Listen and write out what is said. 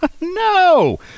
No